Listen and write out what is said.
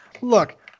look